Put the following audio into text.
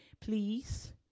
Please